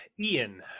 Ian